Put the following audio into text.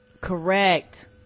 Correct